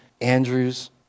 Andrew's